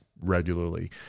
regularly